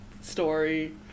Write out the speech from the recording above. story